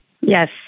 Yes